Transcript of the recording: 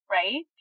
right